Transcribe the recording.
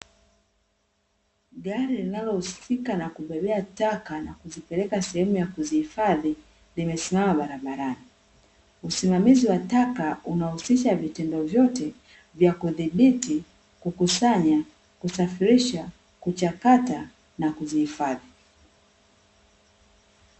Gari linalohusika na kubebea taka na kuzipeleka sehemu ya kuzihifadhi, limesimama barabarani, usimamizi wa taka unahusisha vitendo vyote vya kudhibiti, kukusanya, kusafirisha, kuchakata na kuzihifadhi.